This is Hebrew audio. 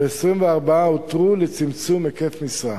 ו-24 הותרו לצמצום היקף משרה.